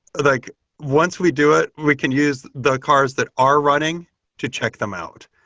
like once we do it, we can use the cars that are running to check them out.